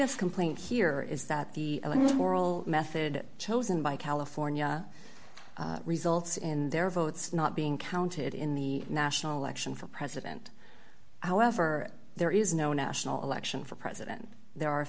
's complaint here is that the moral method chosen by california results in their votes not being counted in the national election for president however there is no national election for president there are